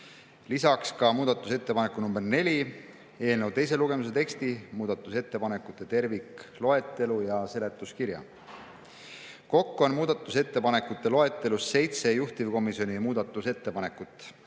lisaks muudatusettepaneku nr 4, eelnõu teise lugemise teksti, muudatusettepanekute tervikloetelu ja seletuskirja. Kokku on muudatusettepanekute loetelus seitse juhtivkomisjoni muudatusettepanekut.